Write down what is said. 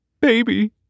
Baby